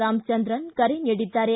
ರಾಮಚಂದ್ರನ್ ಕರೆ ನೀಡಿದ್ದಾರೆ